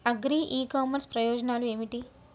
Agri e commerce ప్రయోజనాలు ఏమిటి?